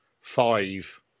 five